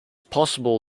possible